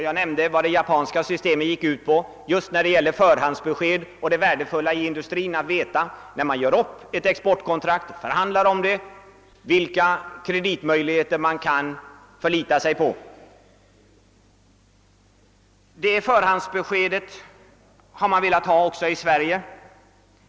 Jag nämnde vad det japanska systemet gick ut på just när det gäller förhandsbesked och det värdefulla för industrin att veta, när man förhandlar om ett exportkontrakt, vilka kreditmöjligheter man kan förlita sig på. Ett sådant förhandsbesked har man velat ha också i Sverige.